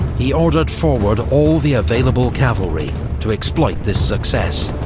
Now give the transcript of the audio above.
he ordered forward all the available cavalry to exploit this success.